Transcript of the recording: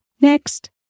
next